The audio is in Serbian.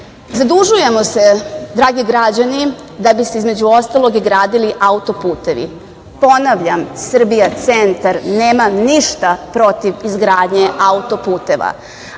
itd. Zadužujemo se, dragi građani, da bi se, između ostalog, i gradili auto-putevi. Ponavljam, Srbija – Centar nema ništa protiv izgradnje auto-puteva,